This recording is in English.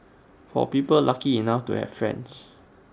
for people lucky enough to have friends